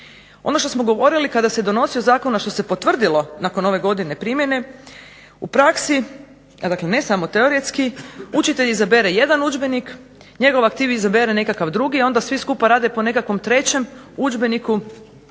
Ono što smo govorili kada se donosio zakon, a što se potvrdilo nakon ove godine primjene, u praksi a dakle ne samo teoretski učitelj izabere jedan udžbenik, njegov aktiv izabere nekakav drugi i onda svi skupa rade po nekakvom trećem udžbeniku koji